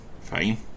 fine